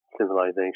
civilization